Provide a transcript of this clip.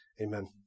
Amen